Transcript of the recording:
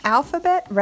Alphabet